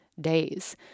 days